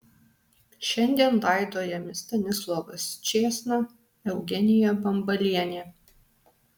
šiandien laidojami stanislovas čėsna eugenija bambalienė